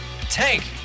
tank